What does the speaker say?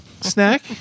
snack